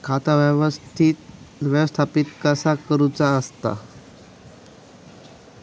खाता व्यवस्थापित कसा करुचा असता?